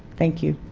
thank you.